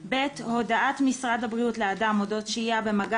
(ב)הודעת משרד הבריאות לאדם אודות שהייה במגע